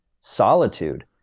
solitude